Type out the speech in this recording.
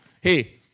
Hey